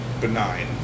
benign